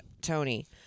Tony